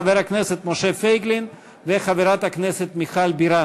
חבר הכנסת משה פייגלין וחברת הכנסת מיכל בירן.